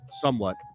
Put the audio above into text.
somewhat